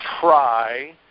try